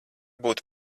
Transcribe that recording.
būt